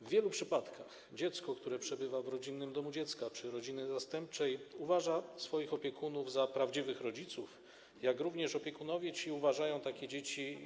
W wielu przypadkach dziecko, które przebywa w rodzinnym domu dziecka czy w rodzinie zastępczej, uważa swoich opiekunów za prawdziwych rodziców, jak również opiekunowie ci uważają takie dzieci